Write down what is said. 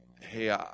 Hey